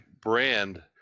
brand